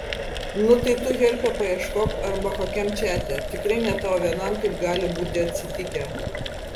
nu tai tu helpe paieškok arba kokiam čate tikrai ne tau vienam taip gali būti atsitikę